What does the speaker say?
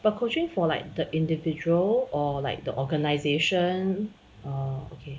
but coaching for like the individual or like the organisation or okay